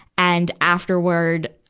and afterward,